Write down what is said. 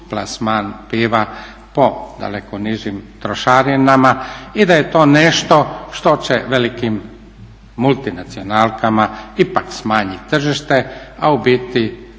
plasman piva po daleko nižim trošarinama i da je to nešto što će velikim multinacionalkama ipak smanjit tržište, a u biti